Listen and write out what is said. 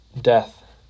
death